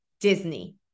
Disney